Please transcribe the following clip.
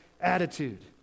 attitude